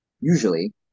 usually